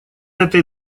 этой